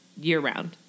year-round